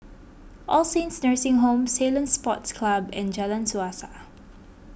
All Saints Nursing Home Ceylon Sports Club and Jalan Suasa